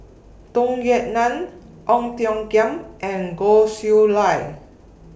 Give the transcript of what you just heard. Tung Yue Nang Ong Tiong Khiam and Goh Chiew Lye